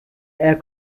air